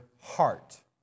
heart